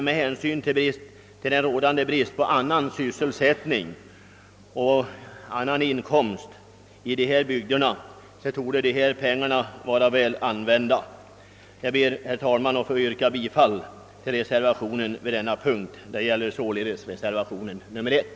Med hänsyn till den rådande bristen på annan sysselsättning och andra inkomstmöjligheter i dessa bygder torde emellertid dessa pengar vara väl använda. Jag ber, herr talman, att få yrka bifall till reservationen 1 vid punkten 8.